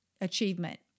achievement